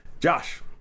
Josh